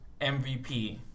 MVP